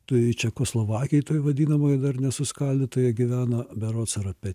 tai čekoslovakijoj toj vadinamoj dar nesuskaldytoj gyveno berods ar apie